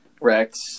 Rex